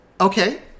Okay